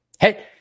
Hey